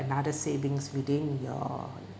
another savings within your